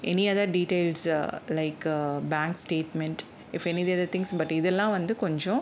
any other details like bank statement if any other things but இதெல்லாம் வந்து கொஞ்சம்